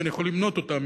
ואני יכול למנות אותן,